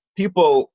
people